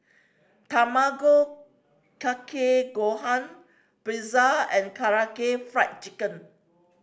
Tamago Kake Gohan Pretzel and Karaage Fried Chicken